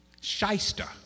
shyster